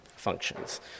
Functions